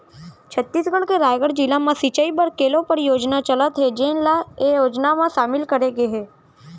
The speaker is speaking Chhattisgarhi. छत्तीसगढ़ के रायगढ़ जिला म सिंचई बर केलो परियोजना चलत हे जेन ल ए योजना म सामिल करे गे हे